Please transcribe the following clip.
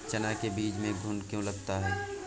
चना के बीज में घुन क्यो लगता है?